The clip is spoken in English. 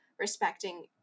respecting